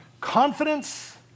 confidence